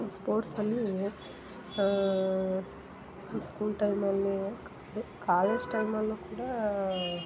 ಸೋರ್ಟ್ಸಲ್ಲಿ school ಟೈಮಲ್ಲಿ college ಟೈಮಲ್ಲು ಕೂಡ